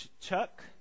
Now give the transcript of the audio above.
chuck